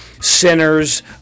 sinners